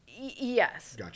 Yes